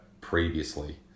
previously